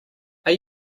are